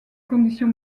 condition